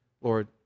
Lord